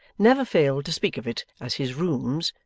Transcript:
never failed to speak of it as his rooms,